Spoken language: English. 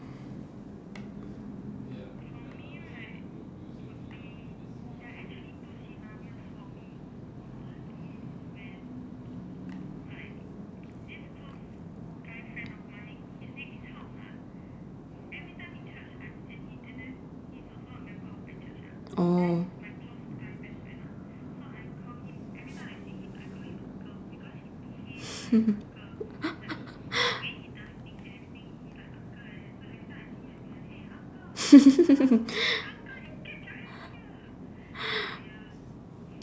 oh